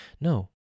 no